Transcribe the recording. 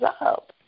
up